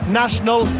national